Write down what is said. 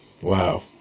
Wow